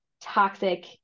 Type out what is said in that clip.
toxic